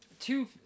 two